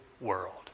world